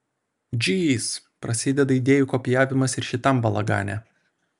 džyz prasideda idėjų kopijavimas ir šitam balagane